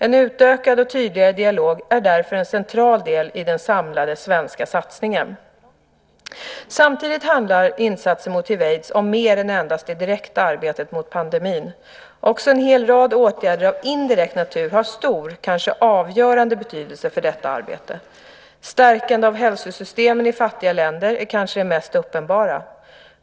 En utökad och tydligare dialog är därför en central del i den samlade svenska satsningen. Samtidigt handlar insatser mot hiv/aids om mer än endast det direkta arbetet mot pandemin. Också en hel rad åtgärder av indirekt natur har stor, kanske avgörande, betydelse för detta arbete. Stärkande av hälsosystemen i fattiga länder är kanske det mest uppenbara.